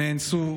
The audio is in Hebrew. נאנסו,